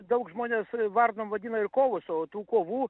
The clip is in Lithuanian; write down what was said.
daug žmonės varom vadina ir kovus o tų kovų